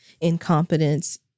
incompetence